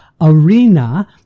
arena